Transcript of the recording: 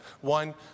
One